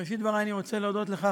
בראשית דברי אני רוצה להודות לך,